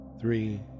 three